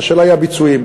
השאלה היא הביצועים.